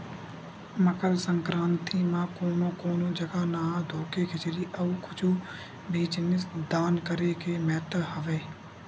मकर संकरांति म कोनो कोनो जघा नहा धोके खिचरी अउ कुछु भी जिनिस दान करे के महत्ता हवय